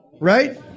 Right